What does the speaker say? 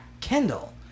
Kendall